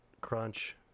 Crunch